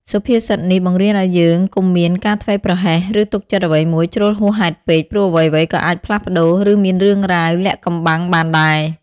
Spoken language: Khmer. សុភាសិតនេះបង្រៀនឱ្យយើងកុំមានការធ្វេសប្រហែស ឬទុកចិត្តអ្វីមួយជ្រុលហួសហេតុពេក ព្រោះអ្វីៗក៏អាចផ្លាស់ប្ដូរ ឬមានរឿងរ៉ាវលាក់កំបាំងបានដែរ។